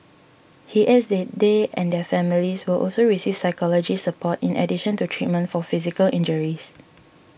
he adds that they and their families will also receive psychology support in addition to treatment for physical injuries